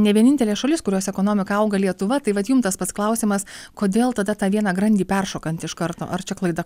ne vienintelė šalis kurios ekonomika auga lietuva tai vat jum tas pats klausimas kodėl tada tą vieną grandį peršokant iš karto ar čia klaida